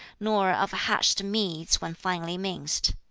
nor of hashed meats when finely minced.